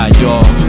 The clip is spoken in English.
y'all